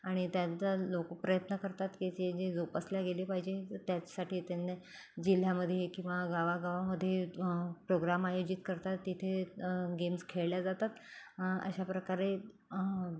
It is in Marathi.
आणि त्यांचा लोकं प्रयत्न करतात की ते जे जोपासल्या गेले पाहिजे त्याचसाठी त्यांना जिल्ह्यामध्ये किंवा गावागावामध्ये प्रोग्राम आयोजित करतात तिथे गेम्स खेळल्या जातात अशा प्रकारे